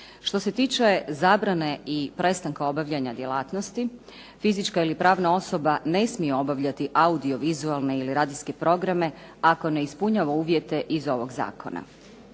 Što se tiče zabrane i prestanka obavljanja djelatnosti, fizička i pravna osoba ne smije obavljati audio-vizualne ili radijske programe ako ne ispunjava uvjete iz ovog Zakona.